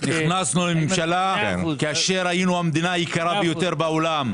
נכנסנו לממשלה כאשר היינו המדינה היקרה ביותר בעולם.